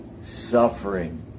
suffering